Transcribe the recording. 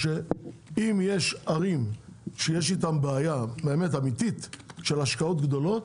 שאם יש ערים שיש אתן בעיה אמיתית של השקעות גדולות,